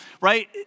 right